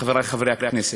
חברי חברי הכנסת,